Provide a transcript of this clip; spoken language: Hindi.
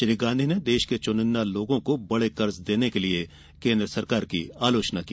श्री गांधी ने देश के चुनिन्दा लोगों को बड़े कर्ज देने के लिए केन्द्र सरकार की आलोचना की